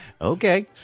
okay